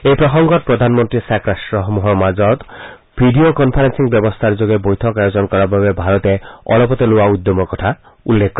এই প্ৰসংগত প্ৰধানমন্ত্ৰীয়ে ছাৰ্ক ৰাট্টসমূহৰ মাজত ভিডিঅ' কনফাৰেন্স ব্যৱস্থাৰ যোগে বৈঠক আয়োজন কৰাৰ বাবে ভাৰতে অলপতে লোৱা উদ্যমৰ কথা উল্লেখ কৰে